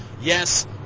Yes